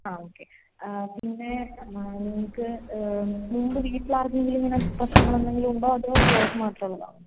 ആ ഓക്കേ പിന്നെ നിങ്ങൾക്ക് മുമ്പ് വീട്ടിൽ ആർക്കെങ്കിലും ഇങ്ങനെ പ്രശ്നനങ്ങൾ എന്തെങ്കിലും ഉണ്ടോ അതോ ഇയാൾക്ക് മാത്രം ഉള്ളതാണോ